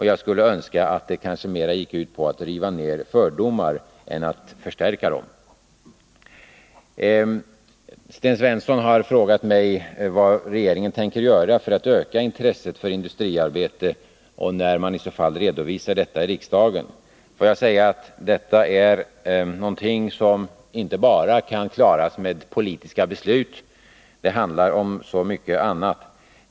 Jag skulle önska att det kanske mera gick ut på att riva ned fördomar än att förstärka dessa. Sten Svensson har frågat mig vad regeringen tänker göra för att öka intresset för industriarbete och när man ämnar förelägga riksdagen förslag i det avseendet. Detta är någonting som vi inte kan klara med bara politiska beslut — det handlar om så mycket annat.